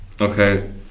Okay